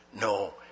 No